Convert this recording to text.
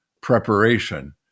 preparation